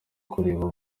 kureba